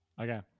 Okay